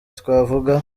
twavuga